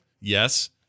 Yes